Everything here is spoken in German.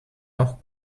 noch